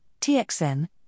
TXN